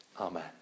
Amen